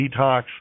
detox